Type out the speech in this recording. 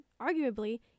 arguably